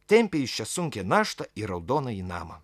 tempė jis šią sunkią naštą į raudonąjį namą